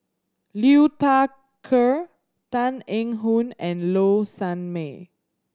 Liu Thai Ker Tan Eng Yoon and Low Sanmay